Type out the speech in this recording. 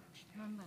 זנדברג,